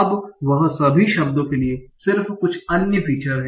अब वह सभी शब्दों के लिए सिर्फ कुछ अन्य फीचर्स हैं